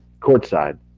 courtside